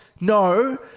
No